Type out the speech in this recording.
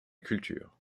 culture